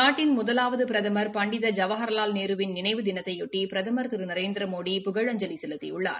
நாட்டின் முதலாவது பிரதம் பண்டித ஜவஹ்லால் நேருவின் நினைவு தினத்தையொட்டி பிரதம் திரு நரேந்திரமோடி புகழஞ்சலி செலுத்தியுள்ளார்